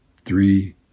three